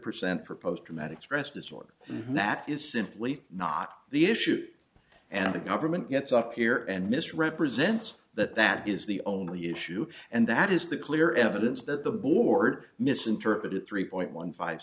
percent proposed dramatic stress disorder and that is simply not the issue and the government gets up here and misrepresents that that is the only issue and that is the clear evidence that the board misinterpreted three point one five